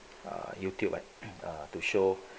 uh YouTube like uh to show